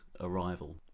arrival